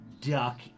Duck